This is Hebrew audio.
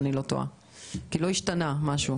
כי לא השתנה משהו.